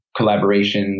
collaborations